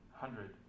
hundred